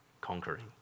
conquering